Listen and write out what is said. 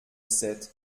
sept